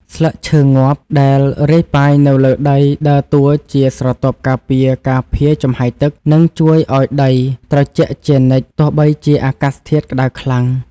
ស្លឹកឈើងាប់ដែលរាយប៉ាយនៅលើដីដើរតួជាស្រទាប់ការពារការភាយចំហាយទឹក និងជួយឱ្យដីត្រជាក់ជានិច្ចទោះបីជាអាកាសធាតុក្តៅខ្លាំង។